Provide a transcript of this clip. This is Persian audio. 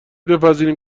بپذیریم